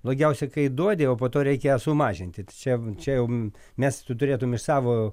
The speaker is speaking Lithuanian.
blogiausia kai duodi o po to reik ją sumažinti tai čia čia jau mes tu turėtum iš savo